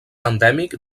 endèmic